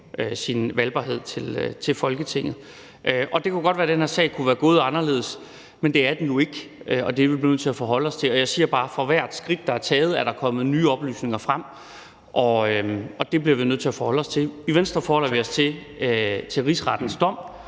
sin valgbarhed til Folketinget. Det kan godt være, den her sag kunne være gået anderledes, men det er den nu ikke, og det er vi nødt til at forholde os til. Jeg siger bare, at for hvert skridt, der er taget, er der kommet nye oplysninger frem, og det bliver vi nødt til at forholde os til. I Venstre forholder vi os til Rigsrettens dom.